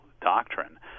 Doctrine